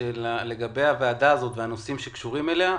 לגבי הוועדה הזאת והנושאים שקשורים אליה,